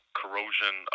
corrosion